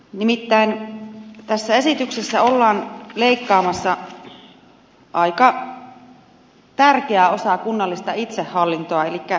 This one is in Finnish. nimittäin tässä esityksessä ollaan leikkaamassa aika tärkeää osaa kunnallista itsehallintoa eli talouspohjaa